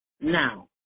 now